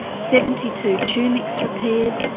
seventy two tunics repaired,